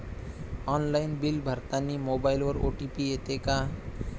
Online bill भरतानी मोबाईलवर OTP येते का?